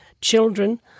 children